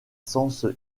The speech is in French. sens